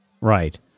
Right